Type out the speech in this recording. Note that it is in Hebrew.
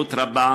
חשיבות רבה,